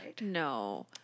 No